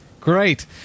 Great